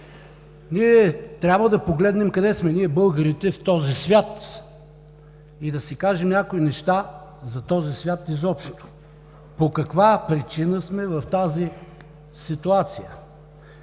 си. Трябва да погледнем къде сме ние, българите, в този свят и да си кажем някои неща за този свят изобщо, по каква причина сме в тази ситуация,